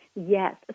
Yes